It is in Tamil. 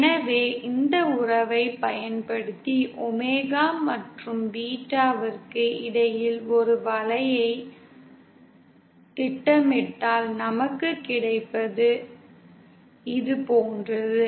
எனவே இந்த உறவைப் பயன்படுத்தி ஒமேகா மற்றும் பீட்டாவிற்கு இடையில் ஒரு வளைவைத் திட்டமிட்டால் நமக்குக் கிடைப்பது இது போன்றது